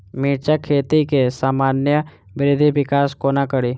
मिर्चा खेती केँ सामान्य वृद्धि विकास कोना करि?